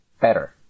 better